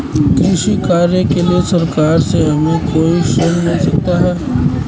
कृषि कार्य के लिए सरकार से हमें कोई ऋण मिल सकता है?